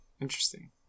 Interesting